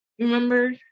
remember